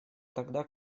тогда